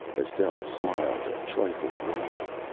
estelle smiled, a trifle wanly.